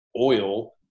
oil